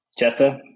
Jessa